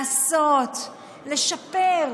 לעשות, לשפר,